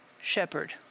shepherd